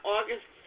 August